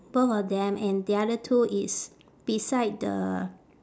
both of them and the other two is beside the